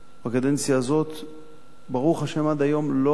בקדנציה הזאת ברוך השם עד היום לא היו